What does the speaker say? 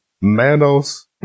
Manos